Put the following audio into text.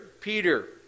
Peter